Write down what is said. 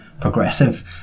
progressive